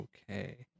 Okay